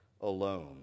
alone